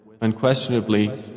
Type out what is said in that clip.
Unquestionably